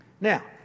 Now